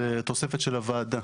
זה תוספת של הוועדה.